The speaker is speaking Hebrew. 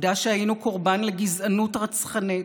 העובדה שהיינו קורבן לגזענות רצחנית,